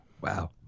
Wow